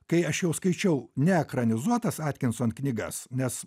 kai aš jau skaičiau ne ekranizuotas atkinson knygas nes